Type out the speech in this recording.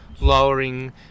Lowering